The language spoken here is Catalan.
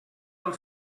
del